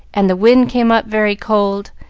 and the wind came up very cold,